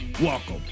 Welcome